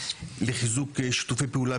לחיזוק שיתופי פעולה